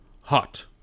hot